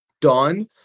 done